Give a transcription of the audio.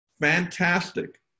Fantastic